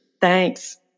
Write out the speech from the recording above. Thanks